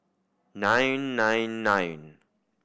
nine nine nine